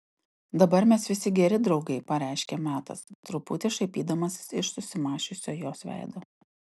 dabar mes visi geri draugai pareiškė metas truputį šaipydamasis iš susimąsčiusio jos veido